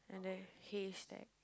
and the haystack